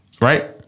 Right